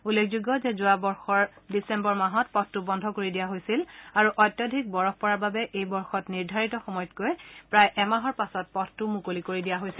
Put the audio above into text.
উল্লেখযোগ্য যে যোৱা বৰ্ষৰ ডিচেম্বৰ মাহত পথটো বন্ধ কৰি দিয়া হৈছিল আৰু অত্যধিক বৰফ পৰাৰ বাবে এই বৰ্ষত নিৰ্ধাৰিত সময়তকৈ প্ৰায় এমাহৰ পাছত পথটো মুকলি কৰি দিয়া হৈছে